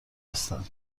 هستن